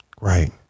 Right